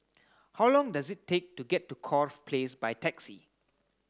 how long does it take to get to Corfe Place by taxi